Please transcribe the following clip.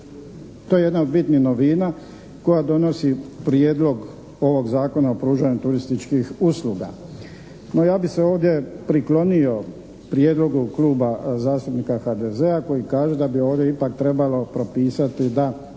To je jedna od bitnih novina koja donosi Prijedlog zakona o pružanju turističkih usluga. No ja bih se ovdje priklonio prijedlogu Kluba zastupnika HDZ-a koji kažu da bi ovdje ipak trebalo propisati da